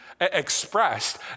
expressed